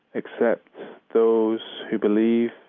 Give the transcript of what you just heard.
except those who believe,